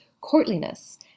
courtliness